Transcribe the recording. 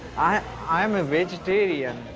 ah i'm a vegetarian.